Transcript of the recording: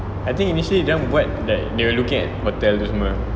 I think initially dorang buat they were looking at hotel tu semua